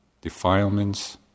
defilements